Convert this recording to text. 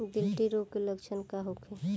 गिल्टी रोग के लक्षण का होखे?